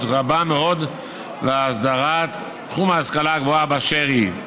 רבה מאוד בהסדרת תחום ההשכלה הגבוהה באשר היא.